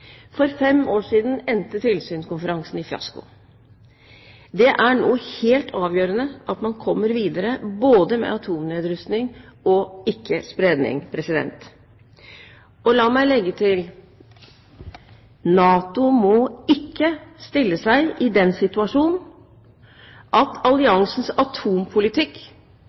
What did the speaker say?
For fem år siden endte tilsynskonferansen i fiasko. Det er nå helt avgjørende at man kommer videre både med atomnedrustning og ikke-spredning. La meg legge til: NATO må ikke stille seg i den situasjon at alliansens atompolitikk